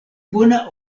bona